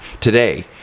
today